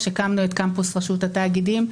הקמנו את קמפוס רשות התאגידים,